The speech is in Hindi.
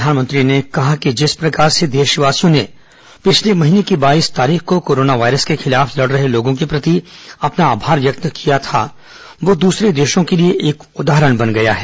प्रधानमंत्री ने कहा कि जिस प्रकार से देशवासियों ने पिछले महीने की बाईस तारीख को कोरोना वायरस के खिलाफ लड रहे लोगों के प्रति अपना आभार व्यक्त किया था वह दूसरे देशों के लिए उदाहरण बन गया है